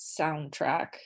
soundtrack